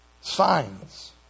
signs